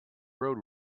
road